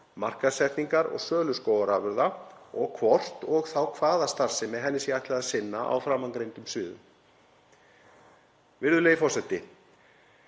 markaðssetningar og sölu skógarafurða og hvort og þá hvaða starfsemi henni sé ætlað að sinna á framangreindum sviðum. Virðulegi forseti.